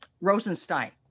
Rosenstein